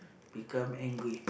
become angry